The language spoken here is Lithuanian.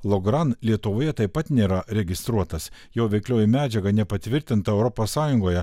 logran lietuvoje taip pat nėra registruotas jo veiklioji medžiaga nepatvirtinta europos sąjungoje